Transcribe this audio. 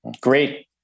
Great